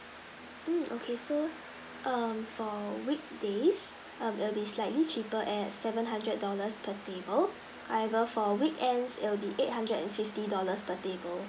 mm okay so um for weekdays um it will be slightly cheaper at seven hundred dollars per table however for weekends it'll be eight hundred and fifty dollars per table